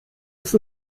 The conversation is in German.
ist